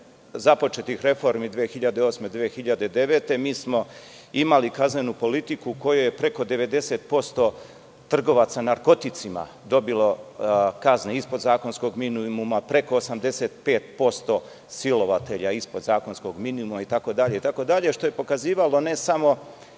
započetih reformi 2008, 2009. godine, mi smo imali kaznenu politiku u kojoj je preko 90% trgovaca narkoticima dobilo kazne ispod zakonskog minimuma, preko 85% silovatelja ispod zakonskog minimuma, itd, što je pokazivalo ne samo